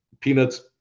peanuts